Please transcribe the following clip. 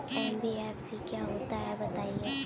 NBFC क्या होता है बताएँ?